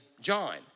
John